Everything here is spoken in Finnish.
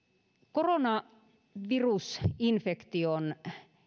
koronavirusinfektion